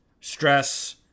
stress